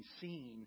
seen